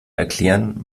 erklären